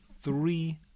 three